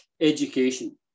education